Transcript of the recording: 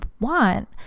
want